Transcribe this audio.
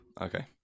Okay